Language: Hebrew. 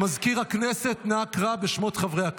מזכיר הכנסת, נא קרא בשמות חברי הכנסת.